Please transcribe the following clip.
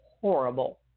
horrible